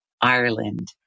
Ireland